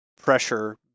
pressure